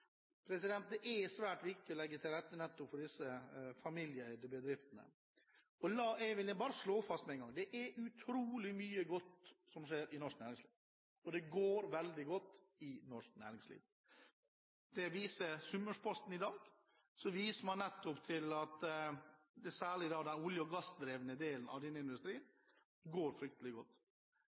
svært viktig å legge til rette for disse familieeide bedriftene. Jeg vil bare slå fast med én gang: Det er utrolig mye bra som skjer i norsk næringsliv. Det går veldig godt i norsk næringsliv – det viser Sunnmørsposten i dag. Man viser til at særlig den olje- og gassdrevne delen av industrien går veldig godt.